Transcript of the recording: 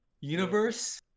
Universe